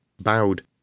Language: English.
bowed